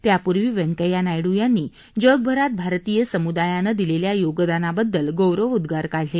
त्यापूर्वी व्यंकय्या नायडू यांनी जगभरात भारतीय समुदायानं दिलेल्या योगदानाबद्दल गौरोवोद्वार काढले